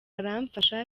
aramfasha